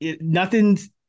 nothing's